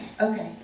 okay